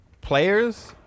players